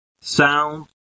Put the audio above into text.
sound